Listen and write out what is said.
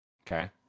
Okay